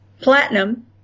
platinum